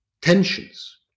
tensions